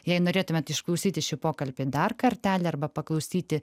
jei norėtumėt išklausyti šį pokalbį dar kartelį arba paklausyti